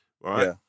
right